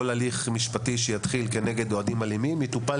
כל הליך משפטי שיתחיל כנגד אוהדים אלימים יטופל